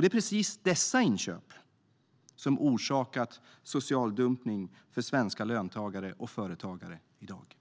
Det är precis dessa inköp som orsakat social dumpning för svenska löntagare och företagare i dag.